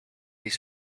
his